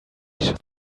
should